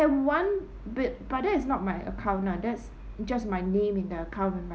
have one but but that is not my account lah that's just my name in the account and my